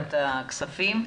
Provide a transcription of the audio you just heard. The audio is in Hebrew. לוועדת הכספים,